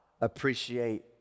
appreciate